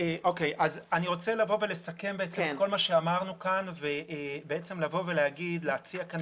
אני רוצה לסכם את כל מה שאמרנו כאן ולהציע כאן